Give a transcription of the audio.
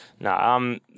No